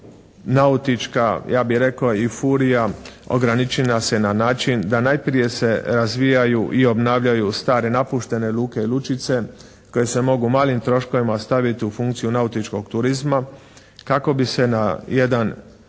nautička, ja bih rekao ifurija ograničila se na način da najprije se razvijaju i obnavljaju stare napuštene luke i lučice koje se mogu malim troškovima staviti u funkciju nautičkog turizma kako bi se na jedan